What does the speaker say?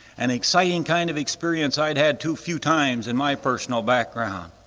an exciting kind of experience i'd had too few times in my personal background.